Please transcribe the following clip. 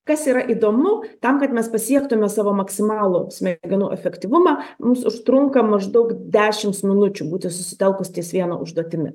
kas yra įdomu tam kad mes pasiektume savo maksimalų smegenų efektyvumą mums užtrunka maždaug dešims minučių būti susitelkus ties viena užduotimi